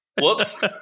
Whoops